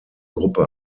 gruppe